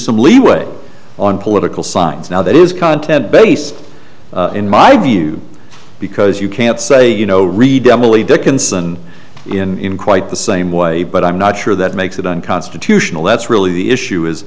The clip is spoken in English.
some leeway on political signs now that is content based in my view because you can't say you know read emily dickinson in quite the same way but i'm not sure that makes it unconstitutional that's really the issue is